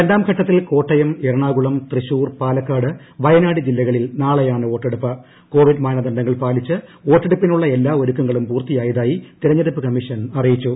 രണ്ടാം ഘട്ടത്തിൽ കോട്ടയം എറണാകുളം തൃശൂർ പാലക്കാട് വയനാട് ജില്ലകളിൽ നാളെയാണ് വോട്ടെടുപ്പ് കോവിഡ് മാനദണ്ഡങ്ങൾ പാലിച്ച് വോട്ടെടുപ്പിനുളള എല്ലാ ഒരുക്കങ്ങളും പൂർത്തിയായതായി തെരഞ്ഞെടുപ്പ് കമ്മിഷൻ അറിയിച്ചു